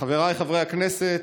חבריי חברי הכנסת,